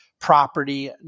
property